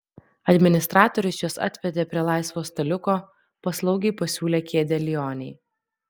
administratorius juos atvedė prie laisvo staliuko paslaugiai pasiūlė kėdę lionei